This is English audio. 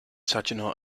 saginaw